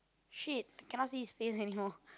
shit cannot see his face anymore